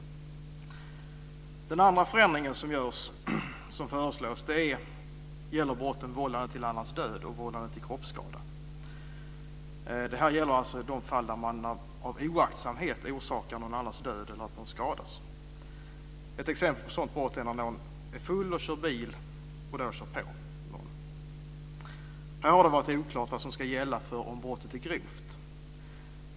Den andra förändringen, som föreslås, gäller brotten vållande till annans död och vållande till kroppsskada. Det här gäller alltså i de fall då man av oaktsamhet orsakar någon annans död eller skada. Ett exempel på sådant brott är när någon är full och kör bil och kör på någon. Det har varit oklart vad som ska gälla för om brottet är grovt.